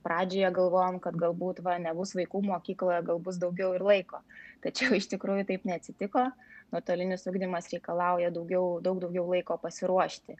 pradžioje galvojom kad galbūt va nebus vaikų mokykloje gal bus daugiau ir laiko tačiau iš tikrųjų taip neatsitiko nuotolinis ugdymas reikalauja daugiau daug daugiau laiko pasiruošti